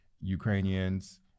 Ukrainians